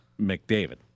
McDavid